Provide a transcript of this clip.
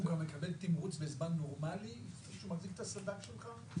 הוא גם מקבל תמרוץ בזמן נורמלי כשהוא מחזיק את הסד"כ שלך?